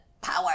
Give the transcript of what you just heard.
power